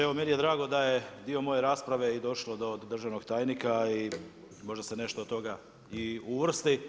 Evo meni je drago da je dio moje rasprave došlo do državnog tajnika i možda se nešto od toga i uvrsti.